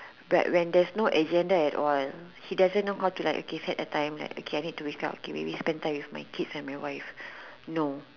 but when there is no exams that at all he doesn't know how to like okay set a time okay like I need to wake up or maybe spend time with my kids and my wife no